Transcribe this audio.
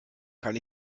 kann